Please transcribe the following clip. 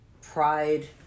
pride